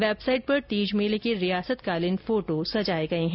website पर तीज मेले के रियासतकालीन फोटो सजाए गए हैं